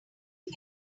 but